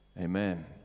Amen